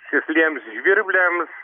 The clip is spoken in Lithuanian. sėsliems žvirbliams